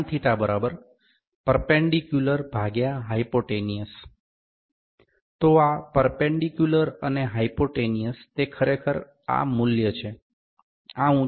sign θ perpendicular hypotenuse તો આ perpendicular અને હાઈપોટેનિયસ તે ખરેખર આ મૂલ્ય છે